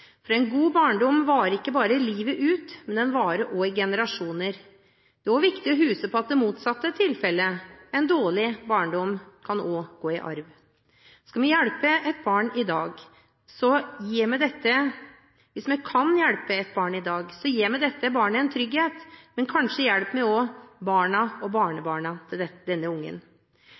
for en god barndom varer ikke bare livet ut, den varer også i generasjoner. Det er også viktig å huske på at det motsatte er tilfellet – en dårlig barndom kan også gå i arv. Kan vi hjelpe et barn i dag, gir vi dette barnet en trygghet, men kanskje hjelper vi også barna og barnebarna til